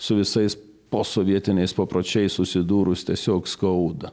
su visais posovietiniais papročiai susidūrus tiesiog skauda